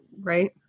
right